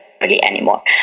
anymore